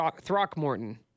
Throckmorton